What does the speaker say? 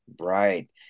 right